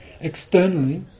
Externally